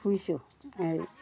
ফুৰিছোঁ আৰু